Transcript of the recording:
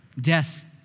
Death